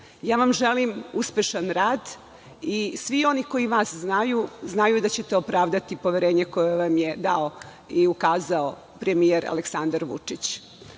Ja vam želim uspešan rad i svi oni koji vas znaju, znaju da ćete opravdati poverenje koje vam je dao i ukazao premijer Aleksandar Vučić. Znamo